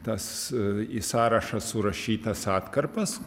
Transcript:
tas į sąrašą surašytas atkarpas